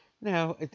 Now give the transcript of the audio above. now